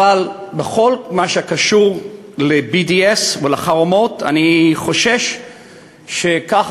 אבל בכל מה שקשור ל-BDS ולחרמות אני חושש שככה,